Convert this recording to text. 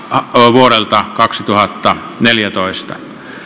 vuodelta kaksituhattaneljätoista